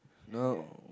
no